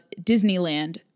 Disneyland